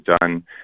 done